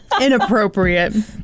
Inappropriate